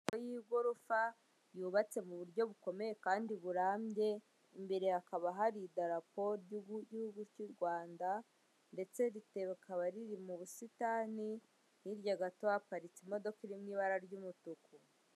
Inzu y'igorofa yubatse mu buryo bukomeye kandi burambye, imbere hakaba hari idarapo ry'igihugu cy'u Rwanda, ndetse rikaba riri mu busitani, hirya gato haparitse imodoka iri mu ibara ry'umutuku.